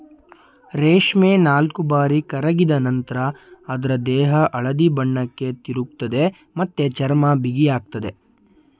ರೇಷ್ಮೆ ನಾಲ್ಕುಬಾರಿ ಕರಗಿದ ನಂತ್ರ ಅದ್ರ ದೇಹ ಹಳದಿ ಬಣ್ಣಕ್ಕೆ ತಿರುಗ್ತದೆ ಮತ್ತೆ ಚರ್ಮ ಬಿಗಿಯಾಗ್ತದೆ